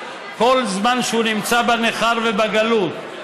כל זמן שהוא נמצא בנכר ובגלות,